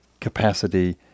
capacity